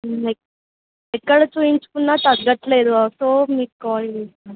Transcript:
ఎక్కడ చూయించుకున్నా తగ్గట్లేదు సో మీకు కాల్ చేసా